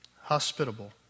hospitable